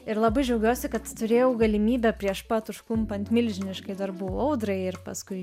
ir labai džiaugiuosi kad turėjau galimybę prieš pat užklumpant milžiniškai darbų audrai ir paskui